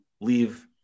leave